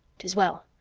tis well.